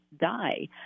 die